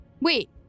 Wait